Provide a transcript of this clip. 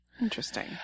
Interesting